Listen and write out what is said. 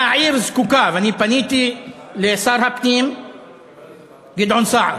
והעיר זקוקה, ואני פניתי לשר הפנים גדעון סער